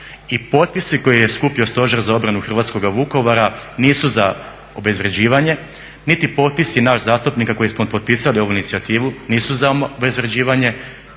potpisi koje je skupi Stožer za obranu hrvatskoga Vukovara nisu za obezvređivanje, niti potpisi nas zastupnika koji smo potpisali ovu inicijativu nisu za obezvređivanje,